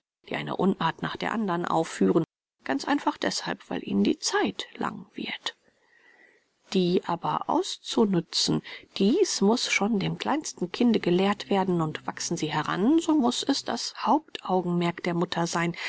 die eine unart nach der andern aufführen ganz einfach deßhalb weil ihnen die zeit lang wird die aber auszunützen dies muß schon dem kleinsten kinde gelehrt werden und wachsen sie heran so muß es das hauptaugenmerk der mutter sein